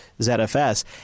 ZFS